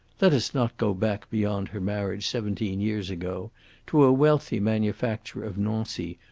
let us not go back beyond her marriage seventeen years ago to a wealthy manufacturer of nancy,